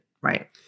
Right